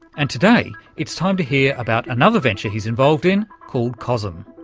and today it's time to hear about another venture he's involved in called cosm.